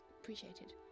appreciated